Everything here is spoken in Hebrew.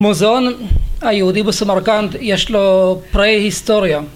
מוזיאון היהודי בסמארקנד יש לו פרה היסטוריה